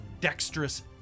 dexterous